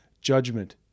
judgment